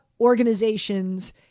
organizations